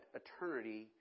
eternity